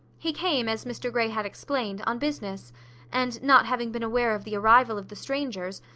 he came, as mr grey had explained, on business and, not having been aware of the arrival of the strangers,